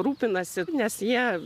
rūpinasi nes jie